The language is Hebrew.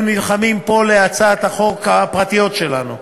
נלחמים פה על הצעות החוק הפרטיות שלנו.